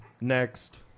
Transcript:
Next